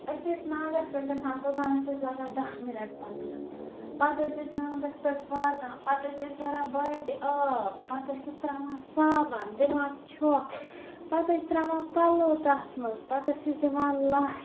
أسۍ ٲسۍ ناگَس پٮ۪ٹھ گَژھان تۄتانۍ ٲسۍ اَسہِ لَگان دہ مِنَٹ پَکنَس پَتہٕ ٲسۍ أسۍ ناگَس پٮ۪ٹھ واتان پَتہٕ ٲسۍ أسۍ بَران باٹہِ آب پَتہٕ ٲسِس تراوان صابَن دِوان چھۄکھ پَتہٕ ٲسۍ تراوان پلو تَتھ مَنٛز پَتہٕ ٲسِس دِوان لَتھ